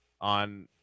on